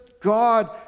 God